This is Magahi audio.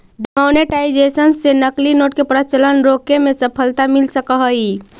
डिमॉनेटाइजेशन से नकली नोट के प्रचलन रोके में सफलता मिल सकऽ हई